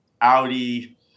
audi